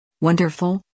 Wonderful